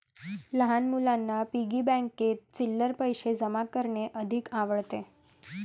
लहान मुलांना पिग्गी बँकेत चिल्लर पैशे जमा करणे अधिक आवडते